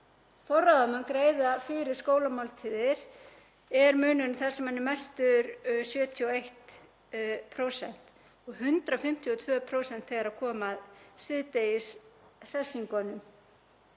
forráðamenn greiða fyrir skólamáltíðir er munurinn þar sem hann er mestur 71% og 152% þegar kemur að síðdegishressingunum.